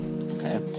okay